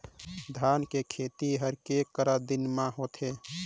धान के खेती हर के करा दिन म होथे?